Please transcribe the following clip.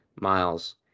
miles